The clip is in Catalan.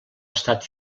estat